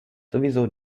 sowieso